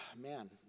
man